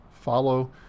follow